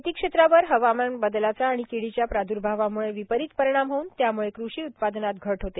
शेती क्षेत्रावर हवामान बदलाचा आणि किडीच्या प्रादूर्भावमुळे विपरीत परिणाम होऊन त्याम्ळे कृषी उत्पादनात घट होते